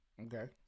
Okay